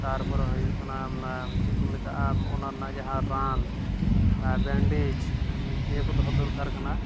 ᱛᱟᱨᱯᱚᱨᱮ ᱦᱩᱭᱩᱜ ᱠᱟᱱᱟ ᱪᱮᱫᱠᱚ ᱢᱮᱛᱟᱜᱼᱟ ᱚᱱᱟ ᱨᱮᱱᱟᱜ ᱡᱟᱦᱟᱸ ᱨᱟᱱ ᱵᱮᱱᱰᱮᱡᱽ ᱱᱤᱭᱟᱹᱠᱚ ᱫᱚᱦᱚ ᱫᱚᱨᱠᱟᱨ ᱠᱟᱱᱟ